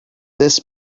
this